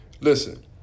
Listen